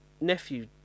nephew